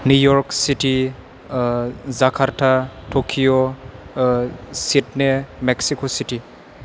New York city Jakarta Tokyo Sydney Mexico city